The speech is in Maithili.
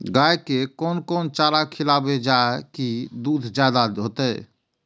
गाय के कोन कोन चारा खिलाबे जा की दूध जादे होते?